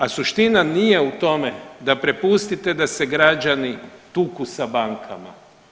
A suština nije u tome da prepustite da se građani tuku sa bankama.